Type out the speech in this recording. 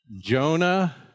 Jonah